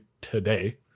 today